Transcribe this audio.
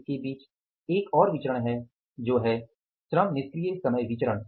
इसके बीच एक और विचरण है जो है श्रम निष्क्रिय समय विचरण